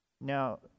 Now